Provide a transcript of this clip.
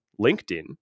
LinkedIn